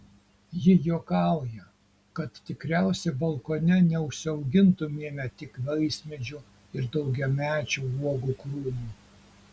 ji juokauja kad tikriausiai balkone neužsiaugintumėme tik vaismedžių ir daugiamečių uogų krūmų